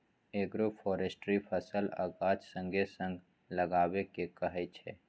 agroforestry फसल आ गाछ संगे संग लगेबा केँ कहय छै